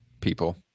people